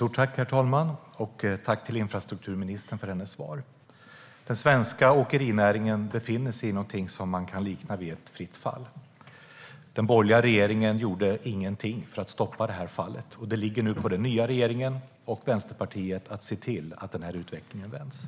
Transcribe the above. Herr talman! Tack till infrastrukturministern för hennes svar! Den svenska åkerinäringen befinner sig i någonting som man kan likna vid ett fritt fall. Den borgerliga regeringen gjorde ingenting för att stoppa det fallet. Nu åligger det den nya regeringen och Vänsterpartiet att se till att utvecklingen vänds.